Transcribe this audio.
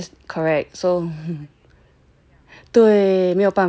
yes correct so